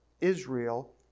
Israel